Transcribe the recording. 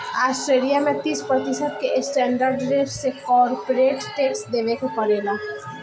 Australia में तीस प्रतिशत के स्टैंडर्ड रेट से कॉरपोरेट टैक्स देबे के पड़ेला